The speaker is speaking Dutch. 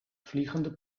vliegende